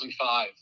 2005